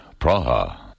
Praha